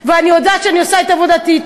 ואני יודעת שאני עושה את עבודתי,